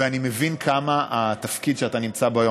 ואני מבין כמה התפקיד שאתה נמצא בו היום,